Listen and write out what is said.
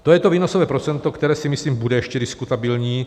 To je to výnosové procento, které si myslím, bude ještě diskutabilní.